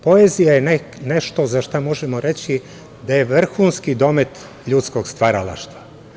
Poezija je nešto za šta možemo reći da je vrhunski domet ljudskog stvaralaštva.